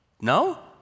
No